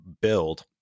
build